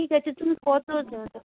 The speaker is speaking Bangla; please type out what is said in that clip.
ঠিক আছে তুমি কত দাদা